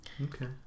Okay